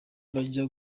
bajya